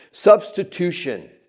Substitution